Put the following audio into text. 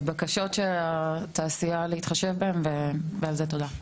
ובקשות של התעשייה להתחשב בהן התקבלו ועל זה תודה.